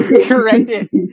horrendous